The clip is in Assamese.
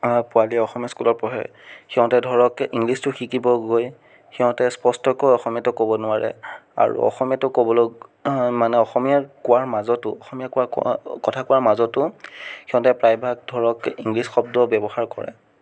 পোৱালিয়ে অসমীয়া স্কুলত পঢ়ে সিহঁতে ধৰক ইংলিছটো শিকিব গৈ সিহঁতে স্পষ্টকৈ অসমীয়াটো ক'ব নোৱাৰে আৰু অসমীয়াটো ক'বলৈ মানে অসমীয়া কোৱাৰ মাজতো অসমীয়া কোৱা কোৱা কথা কোৱাৰ মাজতো সিহঁতে প্ৰায়ভাগ ধৰক ইংলিছ শব্দ ব্য়ৱহাৰ কৰে